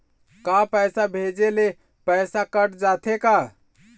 का पैसा भेजे ले पैसा कट जाथे का?